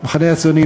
המחנה הציוני,